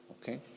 Okay